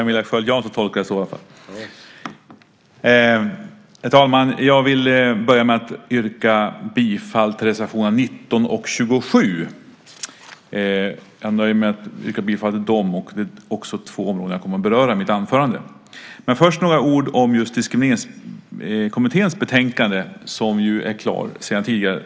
Herr talman! Jag vill börja med att yrka bifall till reservationerna 19 och 27. Jag nöjer mig med att yrka bifall till dem, och det är också de två jag kommer att beröra i mitt anförande, men först några ord om Diskrimineringskommitténs betänkande som ju är klart sedan tidigare.